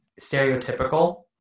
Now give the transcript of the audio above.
stereotypical